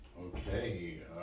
Okay